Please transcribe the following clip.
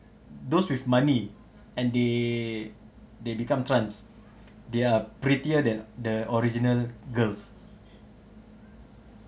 those with money and they they become trans they're prettier than the original girls